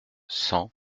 cent